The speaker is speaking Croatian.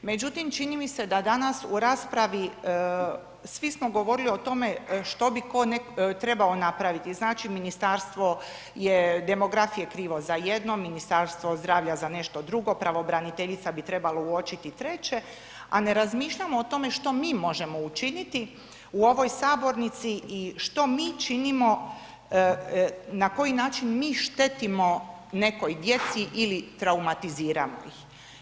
Međutim čini mi se da danas u raspravi svi smo govorili o tome što bi tko trebao napraviti, znači Ministarstvo demografije je krivo za jedno, Ministarstvo zdravlja za nešto drugo, pravobraniteljica bi trebala uočiti treće a ne razmišljamo o tome što mi možemo učiniti u ovoj sabornici i što mi činimo, na koji način mi štetimo nekoj djeci ili traumatiziramo ih.